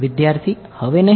વિદ્યાર્થી હવે નહીં